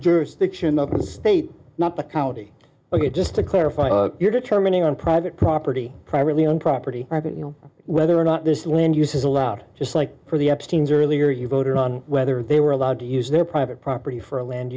jurisdiction of the state not the county ok just to clarify your determining on private property privately owned property market you know whether or not this land use is allowed just like for the epstein's earlier you voted on whether they were allowed to use their private property for land